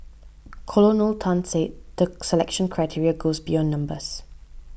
Colonel Tan said the selection criteria goes beyond numbers